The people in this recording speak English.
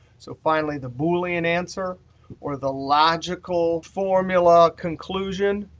so finally, the boolean answer or the logical formula conclusion,